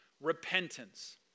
repentance